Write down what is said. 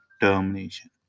termination